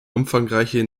umfangreiche